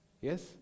yes